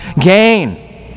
gain